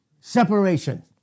Separation